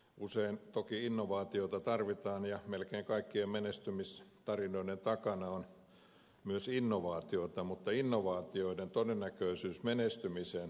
usein toki innovaatioita tarvitaan ja melkein kaikkien menestymistarinoiden takana on myös innovaatioita mutta innovaatioiden todennäköisyys menestymiseen ei ole korkea